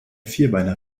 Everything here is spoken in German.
vierbeiner